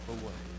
away